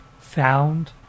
found